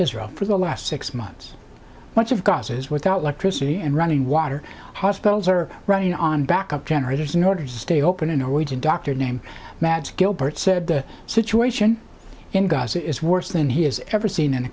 israel for the last six months much of gaza's without electricity and running water hospitals are running on backup generators in order to stay open in a region doctor name mads gilbert said the situation in gaza is worse than he has ever seen in